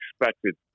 expected